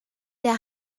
der